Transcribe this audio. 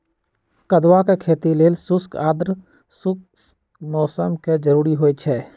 कदुआ के खेती लेल शुष्क आद्रशुष्क मौसम कें जरूरी होइ छै